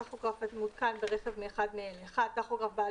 טכוגרף המותקן ברכב מאחד מאלה: טכוגרף בעל